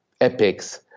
epics